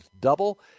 double